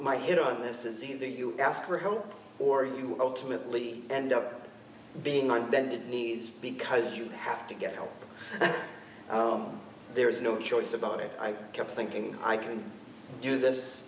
my hit on this is either you ask for help or you ultimately end up being on bended knees because you have to get help there is no choice about it i kept thinking i can do this